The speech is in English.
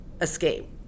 escape